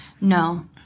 No